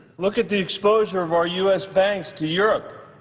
look at the exposure of our u s. banks to europe.